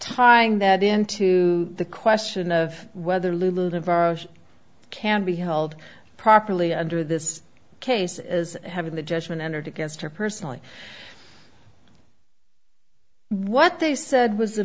tying that into the question of whether lavar can be held properly under this case as having the judgment entered against her personally what they said was